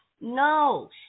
No